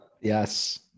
yes